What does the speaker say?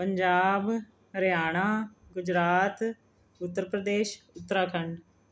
Punjab Haryana Gujarat Uttar Pradesh Uttarakhand